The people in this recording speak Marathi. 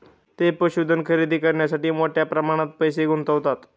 ते पशुधन खरेदी करण्यासाठी मोठ्या प्रमाणात पैसे गुंतवतात